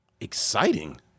Exciting